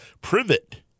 privet